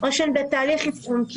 או שהן בתהליך אבחון.